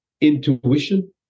intuition